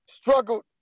struggled